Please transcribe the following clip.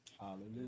Hallelujah